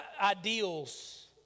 ideals